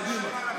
קדימה.